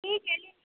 ठीक है ले